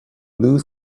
blue